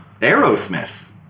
Aerosmith